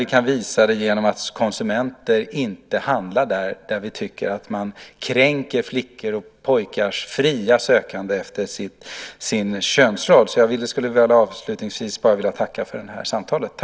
Vi kan visa det genom att konsumenter inte handlar där vi tycker att man kränker flickors och pojkars fria sökande efter sin könsroll. Tack så mycket för samtalet!